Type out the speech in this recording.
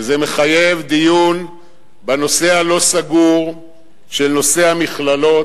וזה מחייב דיון בנושא הלא-סגור של המכללות,